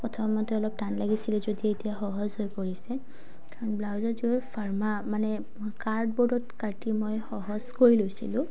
প্ৰথমতে অলপ টান লাগিছিলে যদিও এতিয়া সহজ হৈ পৰিছে কাৰণ ব্লাউজত যোৰ ফাৰ্মা মানে কাৰ্ড বৰ্ডত কাটি মই সহজ কৰি লৈছিলোঁ